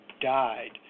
died